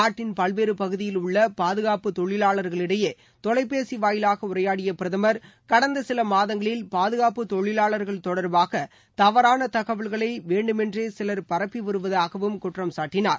நாட்டின் பல்வேறு பகுதியில் உள்ள பாதுகாப்பு தொழிலாளர்களிடையே தொலைபேசி வாயிலாக உரையாடிய பிரதமர் கடந்த சில மாதங்களில் பாதுகாப்பு தொழிலாளர்கள் தொடர்பாக தவறான தகவல்களை வேண்டுமென்றே சிலர் பரப்பி வருவதாகவும் குற்றம் சாட்டினார்